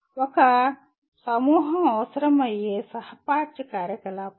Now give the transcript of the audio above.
ఒక సమూహం అవసరమయ్యే సహ పాఠ్య కార్యకలాపాలు